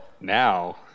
now